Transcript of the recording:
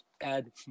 add